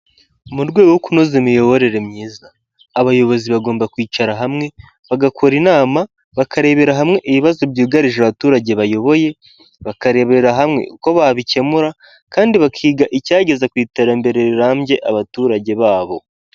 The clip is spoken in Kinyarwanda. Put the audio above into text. Mu rwego rwo kunoza imiyoborere myiza, abayobozi bagomba kwicara hamwe bagakora inama, bakarebera hamwe ibibazo byugarije abaturage bayoboye, bakarebera hamwe uko babikemura kandi bakiga icyageza ku iterambere rirambye abaturage babo.